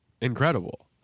incredible